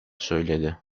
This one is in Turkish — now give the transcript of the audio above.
söyledi